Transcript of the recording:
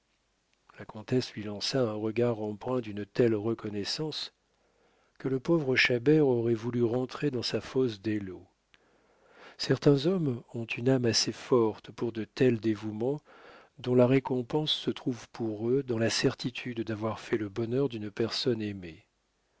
la comtesse lui lança un regard empreint d'une telle reconnaissance que le pauvre chabert aurait voulu rentrer dans sa fosse d'eylau certains hommes ont une âme assez forte pour de tels dévouements dont la récompense se trouve pour eux dans la certitude d'avoir fait le bonheur d'une personne aimée